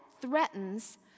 threatens